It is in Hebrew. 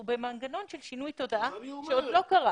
אנחנו במנגנון של שינוי תודעה שעוד לא קרה.